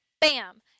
Bam